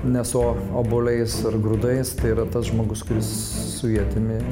ne su obuoliais ir grūdais tai yra tas žmogus kuris su ietimi